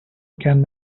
can